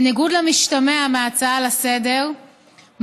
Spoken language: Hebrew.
בניגוד למשתמע מההצעה לסדר,